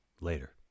Later